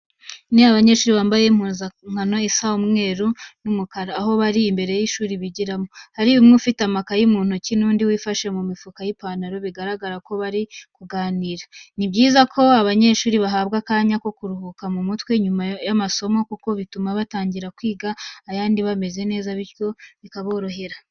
Ni abanyeshuri bambaye impuzankano isa umweru n'umukara, aho bari imbere y'ishuri bigiramo. Hari umwe ufite amakayi mu ntoki n'undi wifashe mu mifuka y'ipantaro, bigaragara ko bari kuganira. Ni byiza ko abanyeshuri bahabwa akanya ko kuruhura mu mutwe nyuma y'amasomo kuko bituma batangira kwiga ayandi bameze neza bityo bikaborohera.